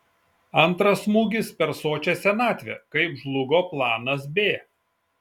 antras smūgis per sočią senatvę kaip žlugo planas b